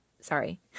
Sorry